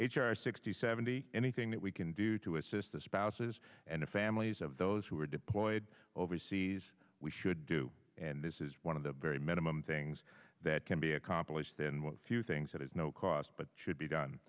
r sixty seventy anything that we can do to assist the spouses and families of those who are deployed overseas we should do and this is one of the very minimum things that can be accomplished then what few things that has no cost but should be done